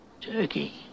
Turkey